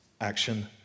Action